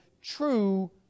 true